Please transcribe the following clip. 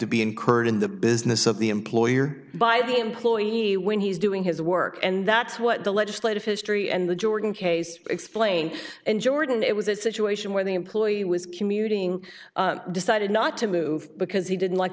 to be incurred in the business of the employer by the employee when he's doing his work and that's what the legislative history and the jordan case explained and jordan it was a situation where the employee was commuting decided not to move because he didn't like